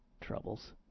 troubles